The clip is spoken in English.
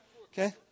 Okay